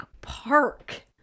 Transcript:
Park